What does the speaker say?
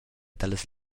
dallas